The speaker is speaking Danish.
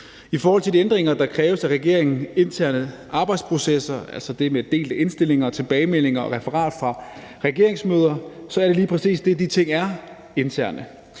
I forhold til de ændringer i regeringens interne arbejdsprocesser, der kræves, altså det med delte indstillinger og tilbagemeldinger referat fra regeringsmøder, er det lige præcis det, de ting er: interne.